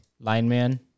Lineman